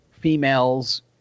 females